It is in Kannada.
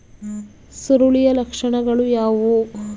ಸುರುಳಿಯ ಲಕ್ಷಣಗಳು ಯಾವುವು?